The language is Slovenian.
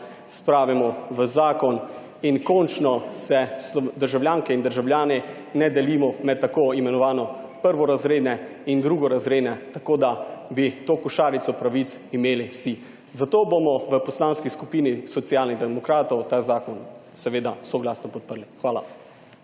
spravimo v zakon in končno se državljanke in državljani ne delimo med tako imenovane prvorazredne in drugorazredne, tako da bi to košarico pravic imeli vsi. Zato bomo v Poslanski skupini Socialnih demokratov ta zakon seveda soglasno podprli. Hvala.